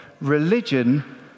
religion